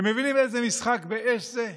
אתם מבינים איזה משחק באש זה?